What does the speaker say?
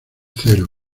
cero